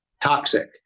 toxic